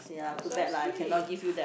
precisely